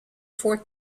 four